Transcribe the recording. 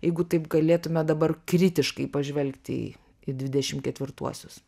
jeigu taip galėtume dabar kritiškai pažvelgti į į dvidešim ketvirtuosius